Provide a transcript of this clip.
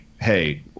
hey